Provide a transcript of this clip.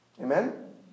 Amen